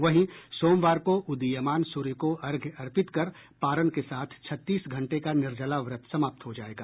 वहीं सोमवार को उदीयमान सूर्य को अर्घ्य अर्पित कर पारन कके साथ छत्तीस घंटे का निर्जला व्रत समाप्त हो जायेगा